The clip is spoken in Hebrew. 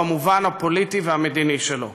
במובן הפוליטי והמדיני שלו.